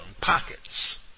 pockets